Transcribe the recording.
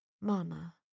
Mama